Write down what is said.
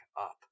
up